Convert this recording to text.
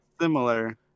Similar